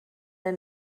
der